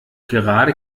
gerade